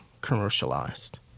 commercialized